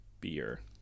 beer